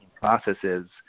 processes